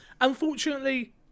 Unfortunately